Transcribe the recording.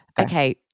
Okay